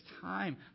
time